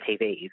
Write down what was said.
TVs